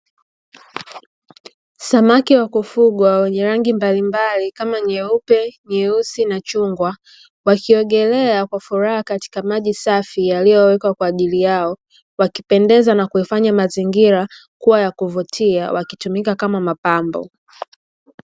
Samaki wa kufugwa wenye rangi mbalimbali kama nyeupe, nyeusi na chungwa, wakiogolea kwa furaha katika safi yaliyo wekwa kwa ajili yao, wakipendeza na kuifanya mazingira kuwa ya kuvutia wakitumika kama mapambo.